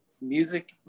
music